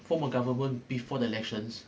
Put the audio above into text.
form a government before the elections